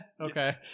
okay